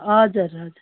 हजुर हजुर